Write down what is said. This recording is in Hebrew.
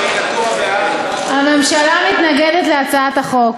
כי זה, הממשלה מתנגדת להצעת החוק.